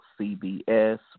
CBS